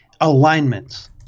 alignments